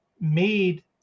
made